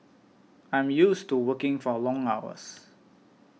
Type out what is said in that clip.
I'm used to working for long hours